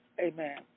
Amen